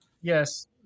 Yes